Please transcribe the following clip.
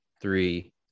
three